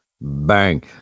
Bang